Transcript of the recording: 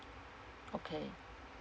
okay